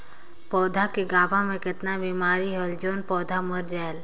पौधा के गाभा मै कतना बिमारी होयल जोन पौधा मर जायेल?